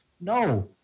No